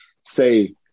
say